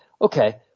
okay